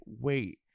wait